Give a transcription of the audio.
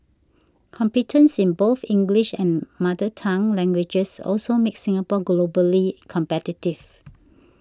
competence in both English and mother tongue languages also makes Singapore globally competitive